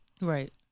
Right